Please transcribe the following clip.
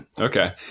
okay